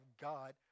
God